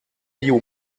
you